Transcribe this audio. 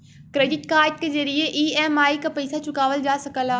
credit card के जरिये EMI क पइसा चुकावल जा सकला